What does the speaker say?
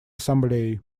ассамблеей